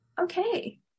okay